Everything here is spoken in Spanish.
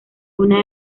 una